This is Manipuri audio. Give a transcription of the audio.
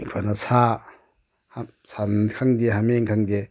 ꯑꯩꯈꯣꯏꯅ ꯁꯥ ꯁꯟ ꯈꯪꯗꯦ ꯍꯥꯃꯦꯡ ꯈꯪꯗꯦ